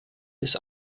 des